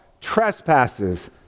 trespasses